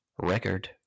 record